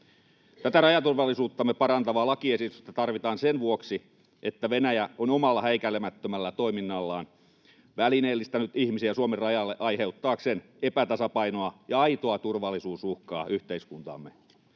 Tätä rajaturvallisuuttamme parantavaa lakiesitystä tarvitaan sen vuoksi, että Venäjä on omalla häikäilemättömällä toiminnallaan välineellistänyt ihmisiä Suomen rajalle aiheuttaakseen epätasapainoa ja aitoa turvallisuusuhkaa yhteiskuntaamme.